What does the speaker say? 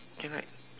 can right